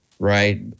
Right